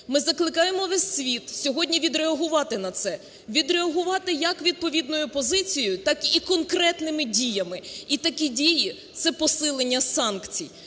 ми закликаємо весь світ сьогодні відреагувати на це, відреагувати як відповідною позицією, так і конкретними діями. І такі дії – це посилення санкцій.